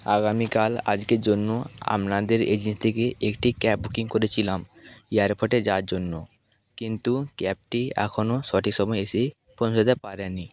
আগামীকাল আজকের জন্য আপনাদের এজেন্ট থেকে একটি ক্যাব বুকিং করেছিলাম এয়ারপোর্টে যাওয়ার জন্য কিন্তু ক্যাবটি এখনও সঠিক সময় এসে পৌঁছোতে পারেনি